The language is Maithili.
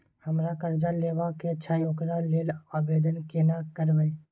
हमरा कर्जा लेबा के छै ओकरा लेल आवेदन केना करबै?